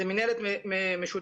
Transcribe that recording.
זו מנהלת משותפת